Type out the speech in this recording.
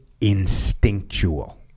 instinctual